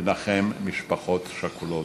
לנחם משפחות שכולות,